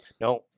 no